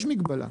יש מגבלה.